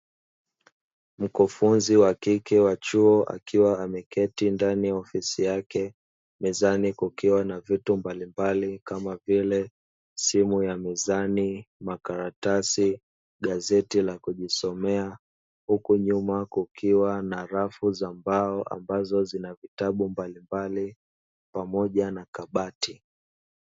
Mkufunzi wa kike wa chuo akiwa ameketi ndani ya ofisi yake mezani kukiwa na vitu mbalimbali kama vile simu ya mezani, makaratasi, gazeti la kujisomea huku nyuma kukiwa rafu za mbao ambazo zina vitabu mbalimbali pamoja na kabati.